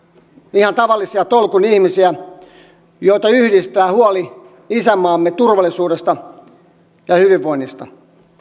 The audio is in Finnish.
ihan tavallisia tolkun ihmisiä joita yhdistää huoli isänmaamme turvallisuudesta ja hyvinvoinnista